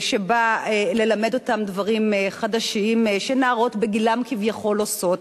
שבאה ללמד אותן דברים חדשים שנערות בגילן כביכול עושות,